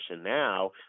now